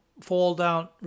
fall-down